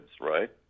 right